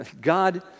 God